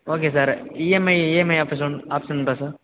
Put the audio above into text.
okay sir EMI EMI option option உண்டா sir